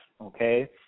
Okay